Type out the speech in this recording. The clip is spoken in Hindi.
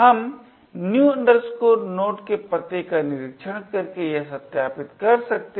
हम new node के पते का निरीक्षण करके यह सत्यापित कर सकते हैं